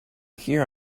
here